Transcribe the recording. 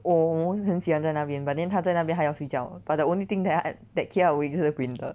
我 most 很喜欢在那边 but then 他在那边他要睡觉 but the only thing that 他 that keep 他 awake 就是 printer